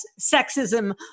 Sexism